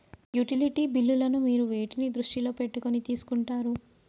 Utility బిల్లులను మీరు వేటిని దృష్టిలో పెట్టుకొని తీసుకుంటారు?